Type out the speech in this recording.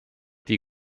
die